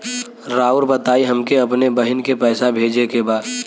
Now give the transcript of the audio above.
राउर बताई हमके अपने बहिन के पैसा भेजे के बा?